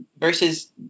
versus